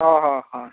ᱦᱮᱸ ᱦᱮᱸ ᱦᱮᱸ